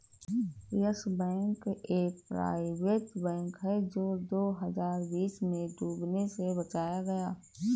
yes Bank एक private bank है जो दो हज़ार बीस में डूबने से बचाया गया